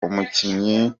umukinnyi